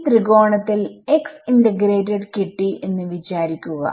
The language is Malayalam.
ഈ ത്രികോണത്തിൽ x ഇന്റഗ്രേറ്റഡ് കിട്ടി എന്ന് വിചാരിക്കുക